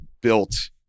built